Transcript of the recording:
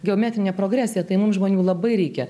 geometrinė progresija tai mums žmonių labai reikia